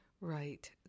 right